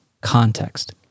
context